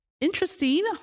interesting